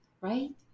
right